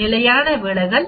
நிலையான விலகல்